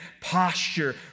posture